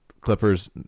Clippers